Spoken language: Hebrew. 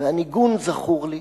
והניגון זכור לי,